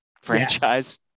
franchise